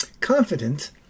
confident